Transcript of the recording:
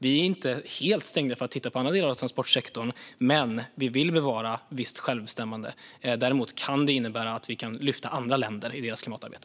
Vi är inte helt stängda för att titta på andra delar av transportsektorn, men vi vill bevara visst självbestämmande. Däremot kan det innebära att vi kan lyfta andra länder i deras klimatarbete.